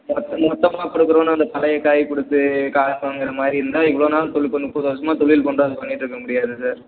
மொத் மொத்தமாக கொடுக்குறோன்னு அந்த பழைய காய் கொடுத்து காசு வாங்குகிற மாதிரி இருந்தால் இவ்வளோ நாள் தொழில் பண்ணி முப்பது வருஷமாக தொழில் பண்ணுறோம் அது பண்ணிட்டிருக்க முடியாது சார்